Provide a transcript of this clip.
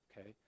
okay